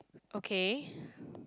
okay